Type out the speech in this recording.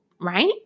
Right